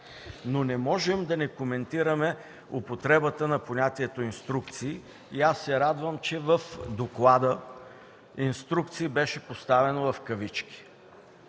но не можем да не коментираме употребата на понятието „инструкции”. Аз се радвам, че в доклада „инструкции” беше поставено в кавички.